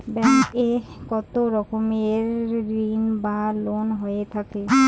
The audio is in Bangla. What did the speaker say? ব্যাংক এ কত রকমের ঋণ বা লোন হয়ে থাকে?